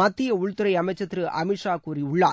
மத்திய உள்துறை அமைச்சர் திரு அமித் ஷா கூறியுள்ளார்